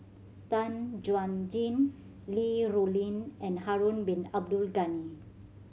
Tan Chuan Jin Li Rulin and Harun Bin Abdul Ghani